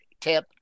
tip